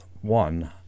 one